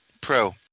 Pro